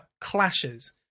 clashes